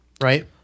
right